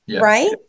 Right